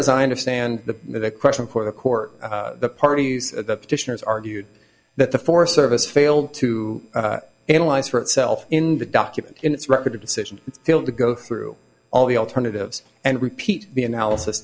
as i understand the question for the court party the petitioners argued that the forest service failed to analyze for itself in the document in its record of decision field to go through all the alternatives and repeat the analysis